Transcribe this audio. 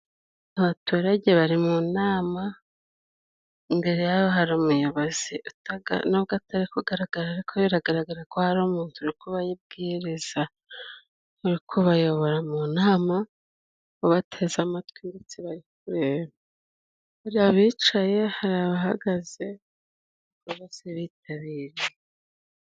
Abaturage bari mu nama, imbere yabo hari umuyobozi. N'ubwo atari kugaragara, ariko biragaragara ko hari umuntu uri kuboha ibwiriza, uri kubayobora mu nama, uwo bateze amatwi ndetse bari kureba. Hari abicaye, hari abahagaze cyangwa se bitabiye.